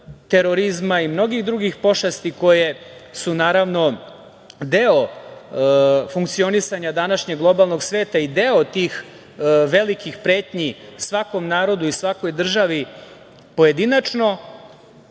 terorizma i mnogih drugih pošasti koje su naravno deo funkcionisanja današnjeg globalnog sveta i deo tih velikih pretnji svakom narodu i svakoj državi pojedinačno